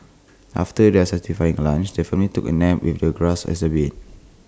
after their satisfying lunch the family took A nap with the grass as their bed